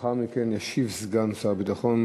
לאחר מכן ישיב סגן שר הביטחון